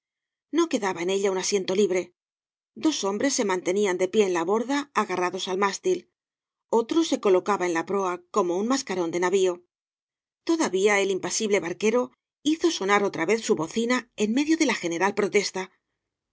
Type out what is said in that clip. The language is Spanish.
no quedaba en ella un asiento libre dos hombres se mantenían de pie en la borda agarrados al mástil otro se colocaba en la proa como un mascarón de navio todavía el impasible barquero hizo sonar otra vez su bocina en medio de la general